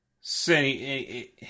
Say